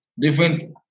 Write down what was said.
different